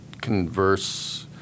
converse –